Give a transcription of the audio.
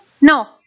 No